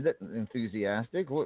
enthusiastic